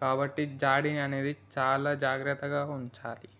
కాబట్టి జాడీ అనేది చాలా జాగ్రత్తగా ఉంచాలి